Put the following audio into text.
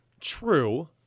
True